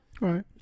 Right